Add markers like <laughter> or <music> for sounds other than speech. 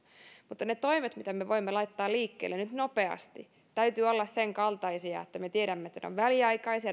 mutta niiden toimien mitä me voimme laittaa liikkeelle nyt nopeasti täytyy olla senkaltaisia että me tiedämme että ne ovat väliaikaisia <unintelligible>